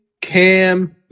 Cam